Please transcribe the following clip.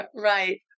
Right